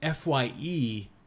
FYE